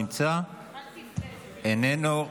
איננו,